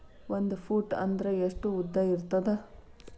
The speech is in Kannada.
ಒಂದು ಫೂಟ್ ಅಂದ್ರೆ ಎಷ್ಟು ಉದ್ದ ಇರುತ್ತದ?